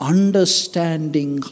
Understanding